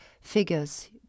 figures